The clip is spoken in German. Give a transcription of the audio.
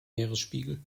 meeresspiegel